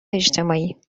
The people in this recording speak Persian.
اجتماعی